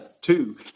two